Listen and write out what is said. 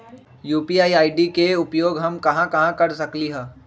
UPI ID के उपयोग हम कहां कहां कर सकली ह?